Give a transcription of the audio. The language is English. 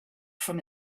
from